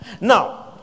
Now